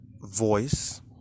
voice